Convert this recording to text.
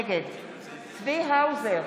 נגד צבי האוזר,